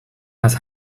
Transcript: has